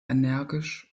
energisch